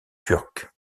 turc